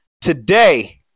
today